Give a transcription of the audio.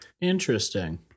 interesting